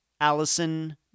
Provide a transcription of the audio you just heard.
Allison